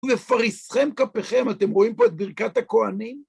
"ובפרשכם כפיכם", אתם רואים פה את ברכת הכוהנים?